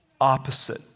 opposite